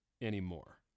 anymore